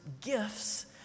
gifts